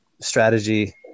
strategy